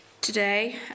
today